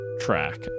track